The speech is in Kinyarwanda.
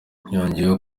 yongeyeho